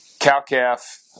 cow-calf